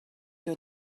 your